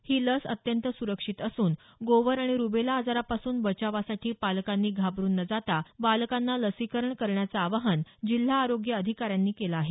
ही लस अत्यंत सुरक्षित असून गोवर आणि रूबेला आजारापासून बचावासाठी पालकांनी घाबरून न जाता बालकांना लसीकरण करण्याचं आवाहन जिल्हा आरोग्य अधिकाऱ्यांनी केलं आहे